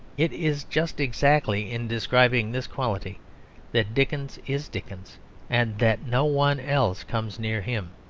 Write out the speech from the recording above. it is just exactly in describing this quality that dickens is dickens and that no one else comes near him.